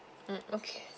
mm okay